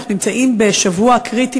אנחנו נמצאים בשבוע קריטי,